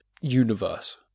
universe